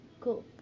Cool